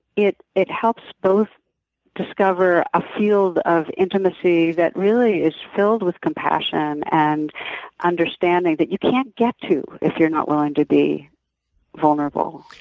it it helps both discover a field of intimacy that really is filled with compassion and understanding that you can't get to if you're not willing to be vulnerable.